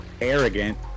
arrogant